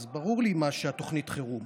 אז ברור לי מה תוכנית החירום.